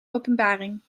openbaring